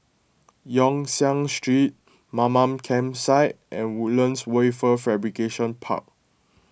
Yong Siak Street Mamam Campsite and Woodlands Wafer Fabrication Park